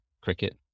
cricket